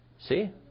See